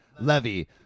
Levy